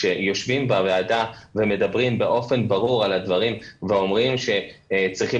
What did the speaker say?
כשיושבים בוועדה ומדברים באופן ברור על הדברים ואומרים שצריכים